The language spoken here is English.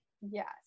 Yes